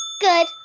Good